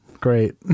great